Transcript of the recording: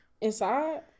Inside